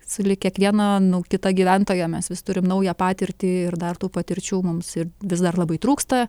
sulig kiekviena nu kita gyventoja mes vis turim naują patirtį ir dar tų patirčių mums ir vis dar labai trūksta